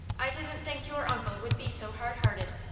i didn't think your uncle would be so hard-hearted.